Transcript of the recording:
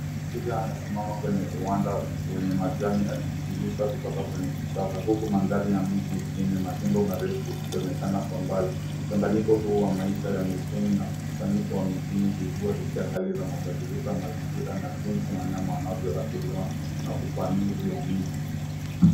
Twiga anasimama kwenye uwanda wenye majani akijilisha kutoka kwenye kichaka huku mandhari ya mji yenye majengo marefu ikionekana kwa mbali. Mchanganyiko huu wa maisha ya mwituni na usanifu wa mijini huibua hisia kali za mabadiliko ya mazingira na jinsi wanyama wanavyoadhiriwa na upanuzi wa miji.